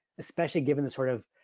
especially given the sort of,